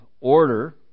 order